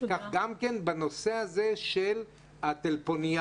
אבל גם בנושא הטלפוניה